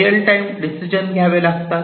real time decision घ्यावे लागतात